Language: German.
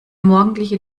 morgendliche